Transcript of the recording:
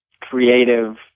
creative